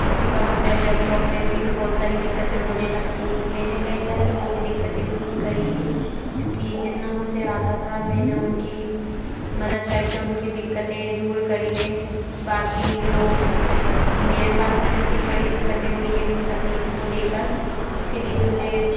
किसी computer laptop में भी बहुत सारी दिक्कतें होने लगती है मैंने कई सारे लोगों की दिक्कतें भी दूर करी है क्योंकि जितना मुझे आता था मैंने उनकी मदद करके उनकी दिक्कतें दूर करी है बाकी जो मेरे पास जैसे कुछ बड़ी दिक्कतें हुई है तकनीकी को लेकर उसके लिए मुझे